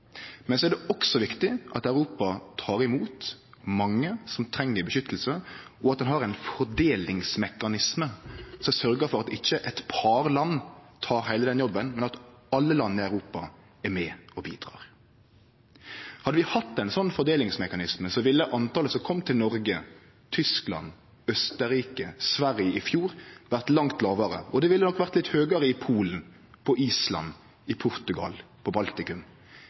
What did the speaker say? men så er det også viktig at Europa tek imot mange som treng beskyttelse, og at ein har ein fordelingsmekanisme som sørgjer for at ikkje eit par land tek heile den jobben, men at alle landa i Europa er med og bidreg. Hadde vi hatt ein sånn fordelingsmekanisme, ville talet på dei som kom til Noreg, Tyskland, Austerrike og Sverige i fjor, vore langt lågare, og det ville nok vore litt høgare i Polen, på Island, i Portugal, i Baltikum.